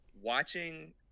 Watching